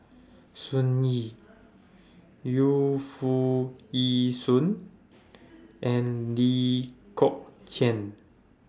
Sun Yee Yu Foo Yee Shoon and Lee Kong Chian